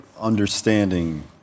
understanding